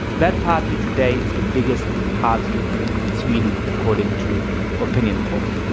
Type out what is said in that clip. that party today is the biggest party in sweden, according to opinion polls.